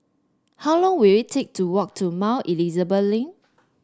how long will it take to walk to Mount Elizabeth Link